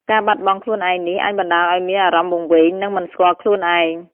ការបាត់បង់ខ្លួនឯងនេះ អាចបណ្តាលឲ្យមានអារម្មណ៍វង្វេង និងមិនស្គាល់ខ្លួនឯង។